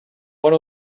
one